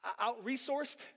out-resourced